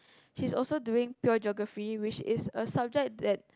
he's also doing pure geography which is a subject that